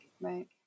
right